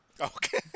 Okay